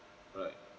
right